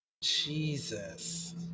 Jesus